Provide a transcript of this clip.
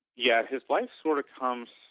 yeah his life sort of comes